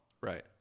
right